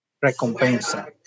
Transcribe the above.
recompensa